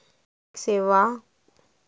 आर्थिक सेवा कोणाकडन पुरविली जाता?